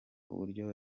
uburyo